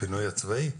הפינוי הצבאי.